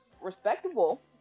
respectable